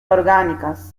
orgánicas